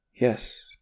Yes